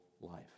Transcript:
life